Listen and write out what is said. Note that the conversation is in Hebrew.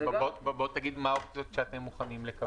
תגיד מה האופציות שאתם מוכנים לקבל.